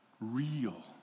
real